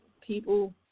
people